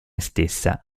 stessa